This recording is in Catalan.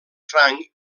franc